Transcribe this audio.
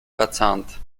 verzahnt